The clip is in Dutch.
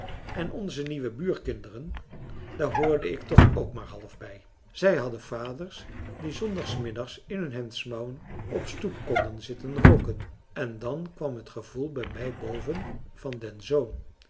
en onze nieuwe buurkinderen daar hoorde ik toch ook maar half bij zij hadden vaders die s zondagsmiddags in hun hemdsmouwen op stoep konden zitten rooken en dan kwam het gevoel bij mij boven van den zoon